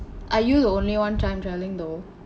are you the only one time traveling though